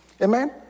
Amen